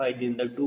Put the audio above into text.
5 ದಿಂದ 2